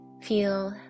feel